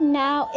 now